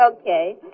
Okay